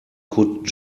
could